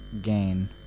Gain